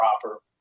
proper